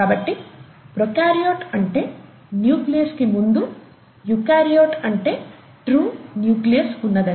కాబట్టి ప్రోకర్యోట్ అంటే న్యూక్లియస్ కి ముందు యుకర్యోట్ అంటే ట్రూ న్యూక్లియస్ ఉన్నదని